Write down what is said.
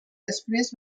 després